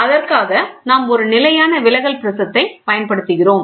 அதற்காக நாம் ஒரு நிலையான விலகல் ப்ரிஸம் ஐ பயன்படுத்துகிறோம்